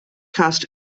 cast